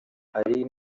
ari